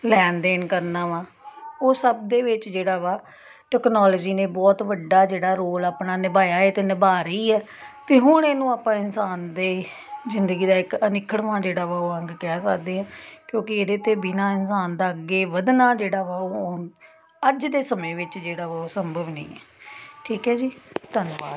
ਲੈਣ ਦੇਣ ਕਰਨਾ ਵਾ ਉਹ ਸਭ ਦੇ ਵਿੱਚ ਜਿਹੜਾ ਵਾ ਟੈਕਨੋਲੋਜੀ ਨੇ ਬਹੁਤ ਵੱਡਾ ਜਿਹੜਾ ਰੋਲ ਆਪਣਾ ਨਿਭਾਇਆ ਹੈ ਅਤੇ ਨਿਭਾ ਰਹੀ ਹੈ ਅਤੇ ਹੁਣ ਇਹਨੂੰ ਆਪਾਂ ਇਨਸਾਨ ਦੇ ਜ਼ਿੰਦਗੀ ਦਾ ਇੱਕ ਅਨਿੱਖੜਵਾਂ ਜਿਹੜਾ ਵਾ ਉਹ ਅੰਗ ਕਹਿ ਸਕਦੇ ਹਾਂ ਕਿਉਂਕਿ ਇਹਦੇ 'ਤੇ ਬਿਨਾਂ ਇਨਸਾਨ ਦਾ ਅੱਗੇ ਵਧਣਾ ਜਿਹੜਾ ਵਾ ਉਹ ਅੱਜ ਦੇ ਸਮੇਂ ਵਿੱਚ ਜਿਹੜਾ ਉਹ ਸੰਭਵ ਨਹੀਂ ਹੈ ਠੀਕ ਹੈ ਜੀ ਧੰਨਵਾਦ